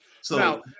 So-